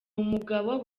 umugabo